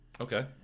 Okay